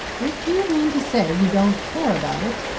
if you mean to say you don't care about it!